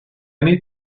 need